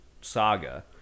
saga